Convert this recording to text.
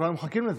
כולנו מחכים לזה.